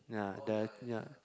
ya the ya